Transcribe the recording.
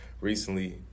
recently